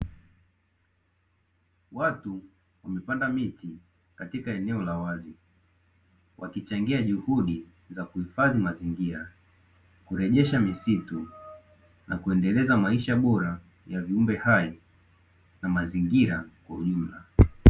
Watu wamepanda miti katika eneo la wazi wakichangia juhudi za kuhifadhi mazingira, kurejesha misitu na kuendeleza maisha bora ya viumbe hai na mazingira kwa ujumla.